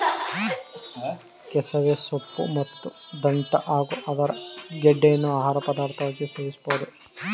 ಕೆಸವೆ ಸೊಪ್ಪು ಮತ್ತು ದಂಟ್ಟ ಹಾಗೂ ಅದರ ಗೆಡ್ಡೆಯನ್ನು ಆಹಾರ ಪದಾರ್ಥವಾಗಿ ಸೇವಿಸಬೋದು